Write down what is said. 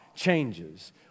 changes